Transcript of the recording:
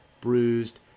bruised